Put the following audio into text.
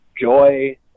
joy